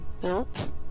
built